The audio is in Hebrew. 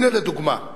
הנה, לדוגמה,